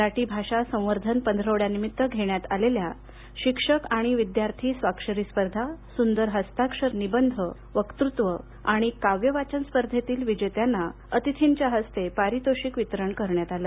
मराठी भाषा संवर्धन पंधरवड्यानिमित्त घेण्यात आलेल्या शिक्षक आणि विद्यार्थी स्वाक्षरी स्पर्धा सूंदर हस्ताक्षर निबंध वक्तत्व आणि काव्यवाचन स्पर्धेतील विजेत्यांना अतिथींच्या हस्ते पारितोषिक वितरण करण्यात आलं